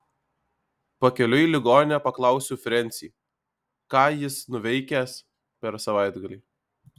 pakeliui į ligoninę paklausiau frensį ką jis nuveikęs per savaitgalį